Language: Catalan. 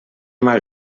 mal